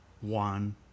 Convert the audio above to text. one